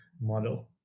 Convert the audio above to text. model